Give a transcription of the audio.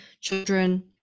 children